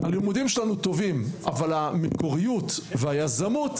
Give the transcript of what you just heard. הלימודים שלנו טובים אבל המקוריות והיזמות,